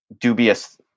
dubious